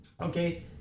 okay